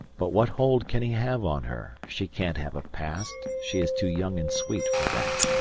but what hold can he have on her she can't have a past, she is too young and sweet for that.